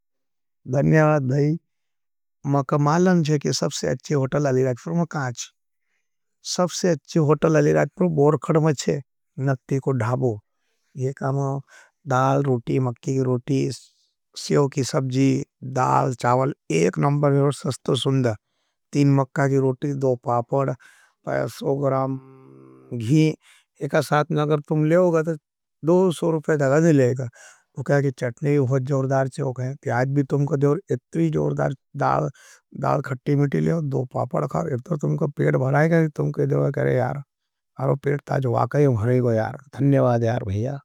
दन्यावाद दही, में कमालन है कि सबसे अच्छी होटल अलिराज़पूर में कहा हूँ। सबसे अच्छी होटल अलिराज़पूर बोरखड में छ, नक्ति को धाबो। दाल, रूटी, मक्की की रूटी, सेव की सबजी, दाल, चावल एक नमबर में और सस्त सुन्द, तीन मक्का की रूटी, दो पापड, पयसो गराम, घी, एका साथ में अगर तुम लेओगा तो दो सो रूपे धगद ही लेगा। वो कहा की चटनी हो जोरदार से हो गया है। ती आज भी तुमको दो इत्वी जोरदार दाल, धाल, ख़टी, मीटी लेओ, दो पापड खा, इत्वर तुमको पेट बहराई गया है। तुमको इत्वर कहरें यार, और वो पेट ताझ वाकई उम्हरेगो यार, धन्यव आध्यार वही।